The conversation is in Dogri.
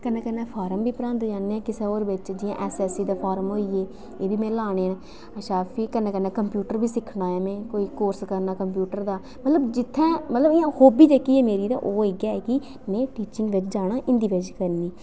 कन्नै कन्नै फार्म बी भरदे जन्ने आं किसै होर बिच जि'यां ऐस्स ऐस्स सी दे फार्म होई गे एह् बी में लाने न अच्छा फ्ही कन्नै कन्नै कम्प्यूटर बी सिक्खना ऐ में कोई कोर्स करना कम्प्यूटर दा मतलब जित्थै मतलब इ'यां हॉबी जेह्की ऐ मेरी ओह् इ'यै ऐ कि में टीचिंग बिच जाना ऐ हिंदी बिच करनी